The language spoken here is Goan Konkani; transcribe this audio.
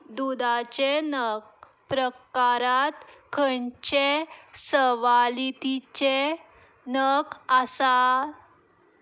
दुदाचे नग प्रकारात खंयचे सवालितीचे नग आसा